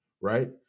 right